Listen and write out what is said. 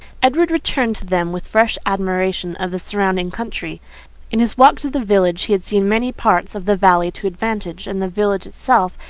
edward returned to them with fresh admiration of the surrounding country in his walk to the village, he had seen many parts of the valley to advantage and the village itself,